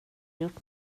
gjort